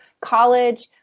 college